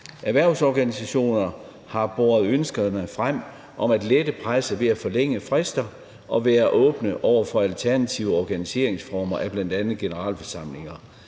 Erhvervsorganisationer har båret ønskerne frem om at lette presset ved at forlænge frister og være åbne over for alternative organiseringsformer af bl.a. generalforsamlinger.